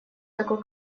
такой